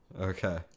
okay